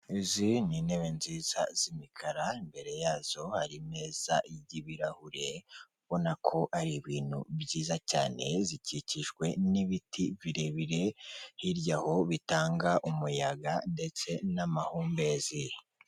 Izi n'intebe nziza z'imikara imbere yazo hari imeza y'ibirahure ubona ko ari ibintu byiza cyane, zikikijwe n'ibiti birebire hirya aho bitanga umuyaga ndetse n'amahumbezi.